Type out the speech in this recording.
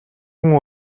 хүн